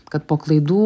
kad po klaidų